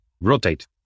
rotate